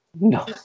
no